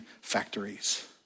factories